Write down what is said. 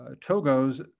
Togo's